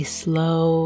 slow